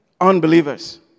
unbelievers